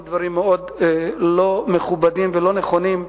דברים מאוד לא מכובדים ולא נכונים.